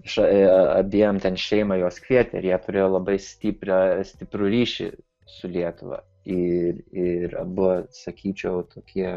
išėjo abiem ten šeima juos kvietė ir jie turėjo labai stiprią stiprų ryšį su lietuva ir ir abu sakyčiau tokie